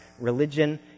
Religion